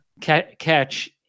Catch